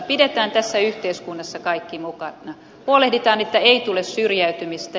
pidetään tässä yhteiskunnassa kaikki mukana huolehditaan että ei tule syrjäytymistä